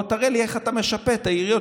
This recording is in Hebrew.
בוא תראה לי איך אתה משפה את העיריות,